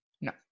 No